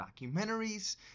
documentaries